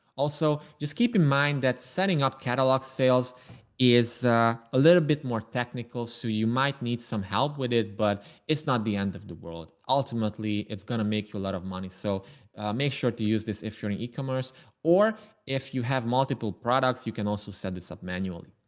also, just keep in mind that setting up catalog sales is a little bit more technical. so you might need some help with it. but it's not the end of the world. ultimately, it's going to make you a lot of money. so make sure to use this. if you're in e-commerce or if you have multiple products, you can also send us up manually.